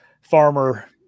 farmer